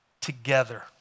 together